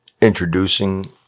introducing